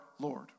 Lord